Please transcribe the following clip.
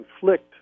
conflict